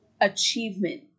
achievement